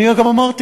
אני גם אמרתי,